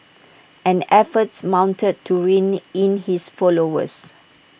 and efforts mounted to rein in his followers